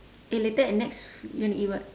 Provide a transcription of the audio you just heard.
eh later at nex you want to eat what